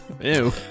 Ew